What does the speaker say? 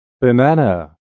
banana